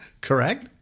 correct